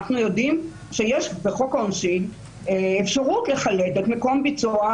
אנחנו יודעים שיש בחוק העונשין אפשרות לחלט את מקום הביצוע,